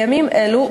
בימים אלו,